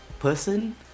Person